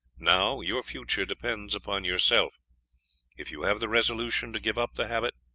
now your future depends upon yourself if you have the resolution to give up the habit,